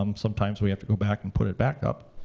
um sometimes we have to go back and put it back up.